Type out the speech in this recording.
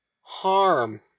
harm